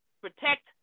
protect